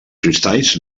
cristalls